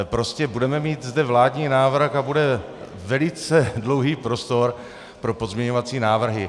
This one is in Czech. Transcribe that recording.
Prostě budeme mít zde vládní návrh a bude velice dlouhý prostor pro pozměňovací návrhy.